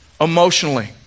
emotionally